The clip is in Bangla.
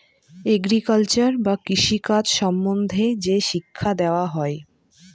এগ্রিকালচার বা কৃষি কাজ সম্বন্ধে যে শিক্ষা দেওয়া হয়